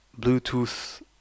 Bluetooth